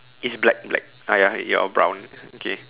it's black black ah ya you're brown okay